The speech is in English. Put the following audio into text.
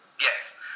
Yes